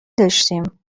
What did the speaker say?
داشتیم